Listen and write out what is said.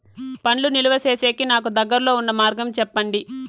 పండ్లు నిలువ సేసేకి నాకు దగ్గర్లో ఉన్న మార్గం చెప్పండి?